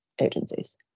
agencies